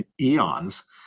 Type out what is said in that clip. eons